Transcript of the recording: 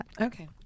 Okay